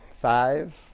Five